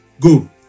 Go